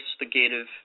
investigative